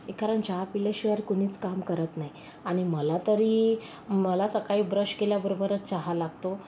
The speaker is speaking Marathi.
कारण चहा प्यायल्याशिवाय कुणीच काम करत नाही आणि मला तरी मला सकाळी ब्रश केल्याबरोबरच चहा लागतो